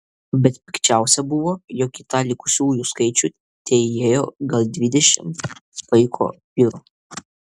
bet pikčiausia buvo jog į tą likusiųjų skaičių teįėjo gal dvidešimt paiko vyrų